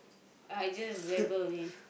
I just rabble only